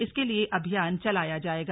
इसके लिए अभियान चलाया जाएगा